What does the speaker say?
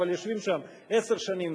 אבל יושבים שם עשר שנים,